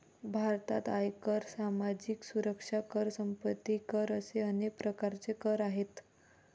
भारतात आयकर, सामाजिक सुरक्षा कर, संपत्ती कर असे अनेक प्रकारचे कर आहेत